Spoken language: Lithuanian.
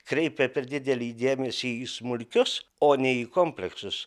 kreipia per didelį dėmesį į smulkius o ne į kompleksus